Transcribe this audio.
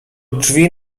drzwi